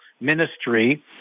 Ministry